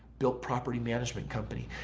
built property management company,